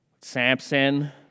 Samson